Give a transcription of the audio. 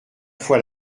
fois